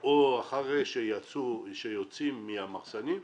או אחרי שיוצאים מהמחסנים,